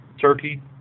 turkey